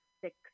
six